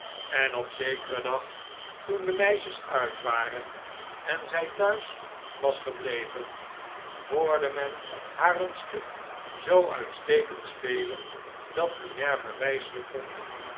en op zekeren dag toen de meisjes uit waren en zij thuis was gebleven hoorde men haar een stuk zoo uitstekend spelen dat minerva wijselijk vond